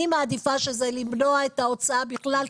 אני מעדיפה למנוע את ההוצאה בכלל,